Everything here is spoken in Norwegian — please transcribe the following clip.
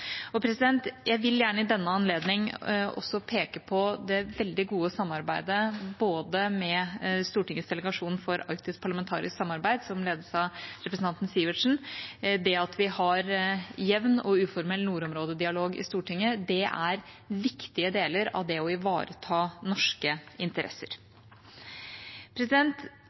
Jeg vil gjerne i denne anledning også peke på både det veldig gode samarbeidet med Stortingets delegasjon for arktisk parlamentarisk samarbeid, som ledes av representanten Sivertsen, og at vi har jevn og uformell nordområdedialog i Stortinget. Det er viktige deler av det å ivareta norske interesser.